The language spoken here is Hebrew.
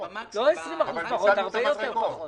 זה הרבה פחות.